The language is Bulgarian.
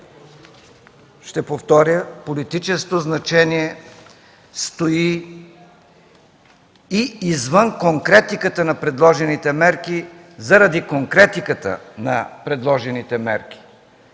ще повторя – политическото значение, стои и извън конкретиката на предложените мерки, заради конкретиката на предложените мерки.